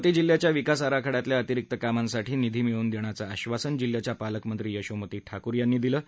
अमरावती जिल्ह्याच्या विकास आराखड्यातल्या अतिरिक्त कामांसाठी निधी मिळवून देण्याचं आश्वासन जिल्ह्याच्या पालकमंत्री यशोमती ठाकूर यांनी दिलं आहे